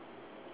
ya